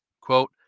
Quote